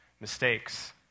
mistakes